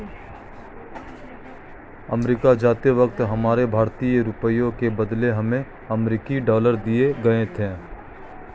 America जाते वक्त हमारे भारतीय रुपयों के बदले हमें अमरीकी डॉलर दिए गए थे